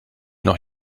noch